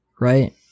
right